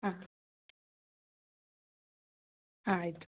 ಹಾಂ ಹಾಂ ಆಯಿತು